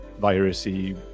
virus-y